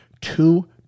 two